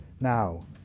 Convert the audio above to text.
Now